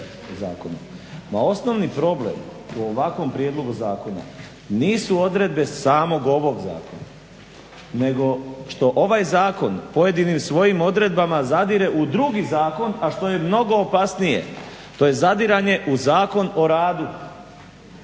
Osnovni problem u ovakvom prijedlogu zakona nisu odredbe samog ovog zakona nego što ovaj zakon pojedinim svojim odredbama zadire u drugi zakon, a što je mnogo opasnije to je zadiranje u Zakon o radu